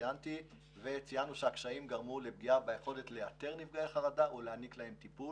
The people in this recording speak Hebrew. ציינו שהקשיים גרמו לפגיעה ביכולת לאתר נפגעי חרדה ולהעניק להם טיפול.